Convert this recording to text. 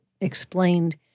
explained